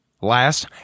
Last